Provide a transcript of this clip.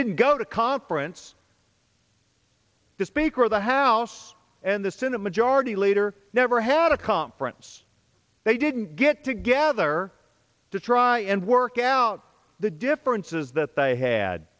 didn't go to conference the speaker of the house and the senate majority leader never had a conference they didn't get together to try and work out the differences that they had